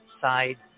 Side